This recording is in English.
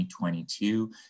2022